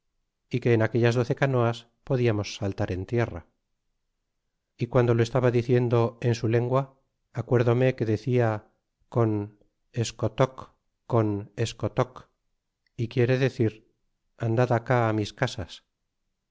y que en aquellas doce canoas podiamos saltar en tierra y guando lo estaba diciendo en su lengua acuárdome que decia con escotoch con escotoch y quiere decir andad acá mis casas